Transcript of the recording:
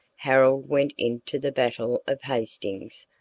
harold went into the battle of hastings,